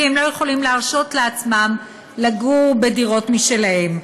כי הם לא יכולים להרשות לעצמם לגור בדירות משלהם.